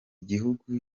gihugu